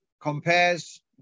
compares